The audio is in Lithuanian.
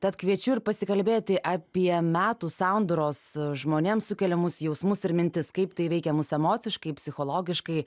tad kviečiu ir pasikalbėti apie metų sandūros žmonėms sukeliamus jausmus ir mintis kaip tai veikia mus emociškai psichologiškai